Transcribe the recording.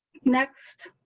next.